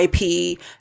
IP